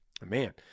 Man